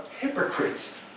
hypocrites